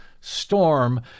storm